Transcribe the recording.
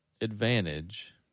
advantage